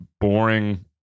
Boring